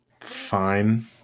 fine